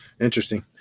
interesting